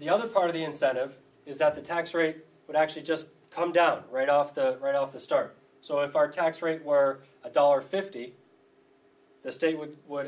the other part of the incentive is that the tax rate would actually just come down right off the right of the start so if our tax rate were a dollar fifty the state would would